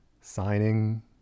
Signing